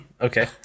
Okay